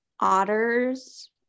Otters